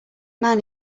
man